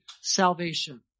salvation